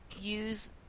use